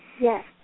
Yes